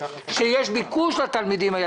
שיש ביקוש לתלמידים האלה.